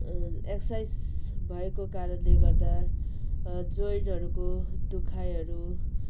exercise भएको कारणले गर्दा जोइनहरूको दुखाइहरू